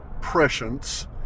prescience